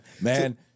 man